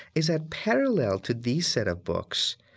is that parallel to these set of books,